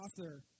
author